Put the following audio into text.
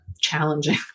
challenging